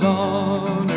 on